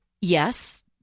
yes